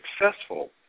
successful